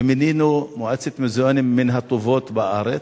ומינינו מועצת מוזיאונים מן הטובות בארץ,